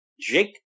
Jake